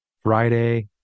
Friday